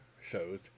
shows